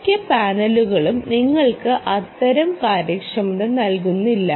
മിക്ക പാനലുകളും നിങ്ങൾക്ക് അത്തരം കാര്യക്ഷമത നൽകുന്നില്ല